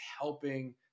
helping